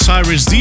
Cyrus